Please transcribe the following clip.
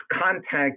contact